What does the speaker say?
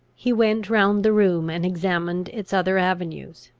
he went round the room, and examined its other avenues.